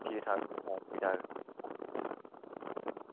ठीक ठाक ठीक ठाक